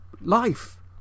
life